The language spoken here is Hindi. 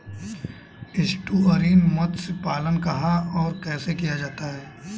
एस्टुअरीन मत्स्य पालन कहां और कैसे किया जाता है?